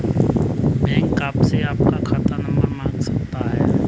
bank आपसे आपका खाता नंबर मांग सकता है